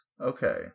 Okay